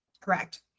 correct